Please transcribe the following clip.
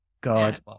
God